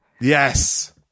Yes